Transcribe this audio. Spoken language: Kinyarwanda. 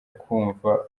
kumva